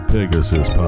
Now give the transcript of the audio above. Pegasus